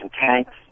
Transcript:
tanks